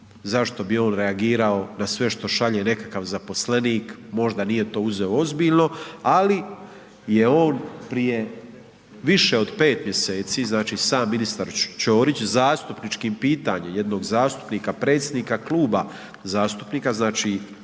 zašto bi on reagirao na sve što šalje nekakav zaposlenik, možda nije to uzeo ozbiljno ali je on prije više od 5 mjeseci, znači sam ministar Ćorić, zastupničkim pitanjem jednog zastupnika, predsjednika kluba zastupnika, znači